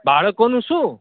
બાળકોનું શું